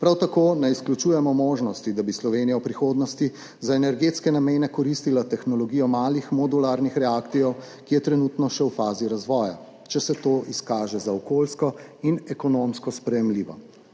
Prav tako ne izključujemo možnosti, da bi Slovenija v prihodnosti za energetske namene koristila tehnologijo malih modularnih reaktorjev, ki je trenutno še v fazi razvoja, če se to izkaže za okoljsko in ekonomsko sprejemljivo.